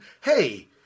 hey